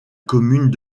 commune